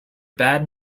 bad